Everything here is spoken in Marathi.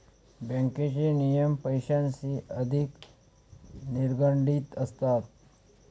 बँकेचे नियम पैशांशी अधिक निगडित असतात